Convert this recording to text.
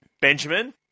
Benjamin